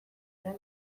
lana